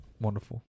Wonderful